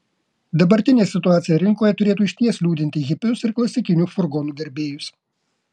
dabartinė situacija rinkoje turėtų išties liūdinti hipius ir klasikinių furgonų gerbėjus